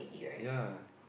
ya